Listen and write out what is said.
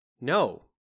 No